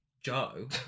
Joe